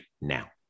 now